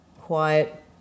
quiet